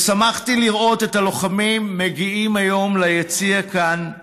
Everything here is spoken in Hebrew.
ושמחתי לראות את הלוחמים מגיעים היום ליציע כאן,